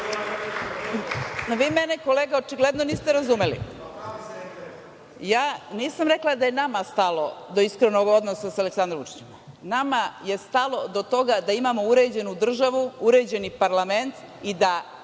Vi mene kolega očigledno niste razumeli. Nisam rekla da je nama stalo do iskrenog odnosa sa Aleksandrom Vučićem, nama je stalo do toga da imamo uređenu državu, uređeni parlament i da